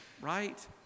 right